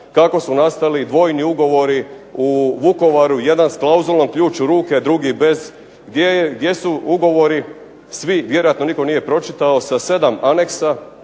kako su nastali dvojni ugovori u Vukovaru, jedan s klauzulom ključ u ruke, drugi bez, gdje su ugovori svi, vjerojatno nitko nije pročitao, sa 7 aneksa,